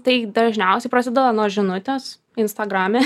tai dažniausiai prasideda nuo žinutės instagrame